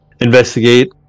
investigate